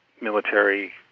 military